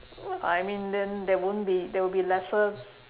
I mean then there won't be there will be lesser